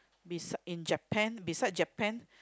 besides in Japan besides Japan